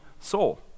soul